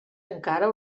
encara